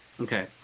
Okay